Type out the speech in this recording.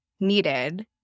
needed